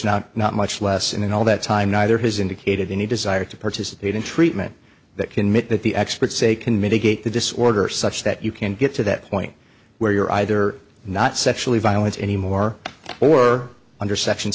not not much less and in all that time neither has indicated any desire to participate in treatment that can make that the experts say can mitigate the disorder such that you can get to that point where you're either not actually violence any more or under section